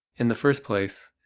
in the first place,